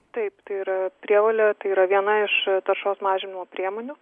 taip tai yra prievolė tai yra viena iš taršos mažinimo priemonių